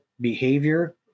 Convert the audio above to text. behavior